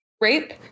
rape